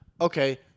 Okay